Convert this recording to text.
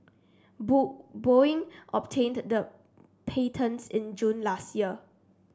Boeing obtained the patents in June last year